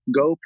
go